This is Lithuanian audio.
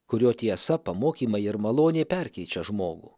kurio tiesa pamokymai ir malonė perkeičia žmogų